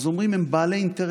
אז אומרים: הם בעלי אינטרס.